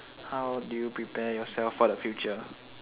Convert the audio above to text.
how do you prepare yourself for the future